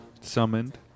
summoned